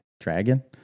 dragon